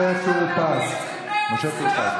חבר הכנסת משה טור פז, בבקשה.